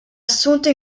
assunto